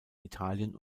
italien